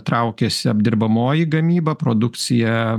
traukiasi apdirbamoji gamyba produkcija